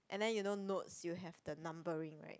and then you know notes you have the numbering right